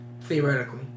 Theoretically